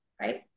right